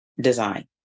design